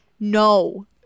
No